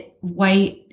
white